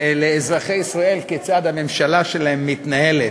לאזרחי ישראל כיצד הממשלה שלהם מתנהלת.